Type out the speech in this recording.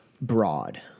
broad